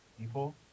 People